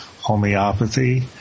homeopathy